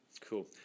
Cool